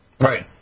Right